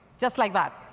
just like that.